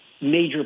major